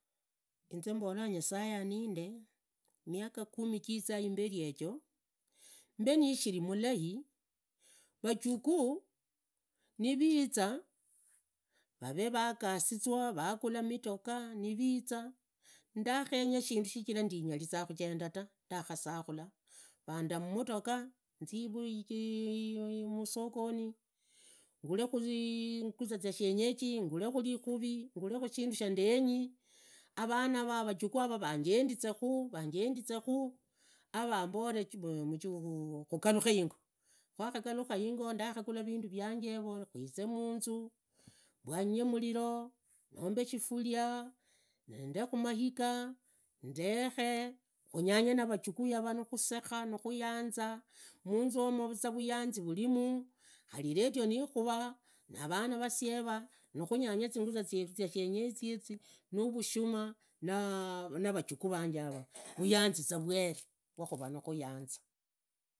Inze mbolaa nyasuye aninde, miaku kumi ziiza imberi yejo mbe nishiri mulai, vajukuu niviiza vavee, vagasizwa varee vagula mitoka niviiza, ndakhenya shindu shichira ndinyaliza khuhenda tu dukhasa khula vandaa mumutokha, nzie musogoni, ngule khu zinguza zianina ibei, khuzia muriduka vianina ibei khu khunyalakhukhoka ndinu khuri na shindu shukhunyala khukhora ndina khuri na shindu shukhunyala khukhola ta khuviraa za puresideriri weni akhuira vulai ta.